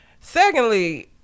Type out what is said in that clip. Secondly